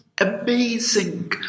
amazing